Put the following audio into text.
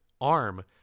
arm